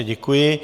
Děkuji.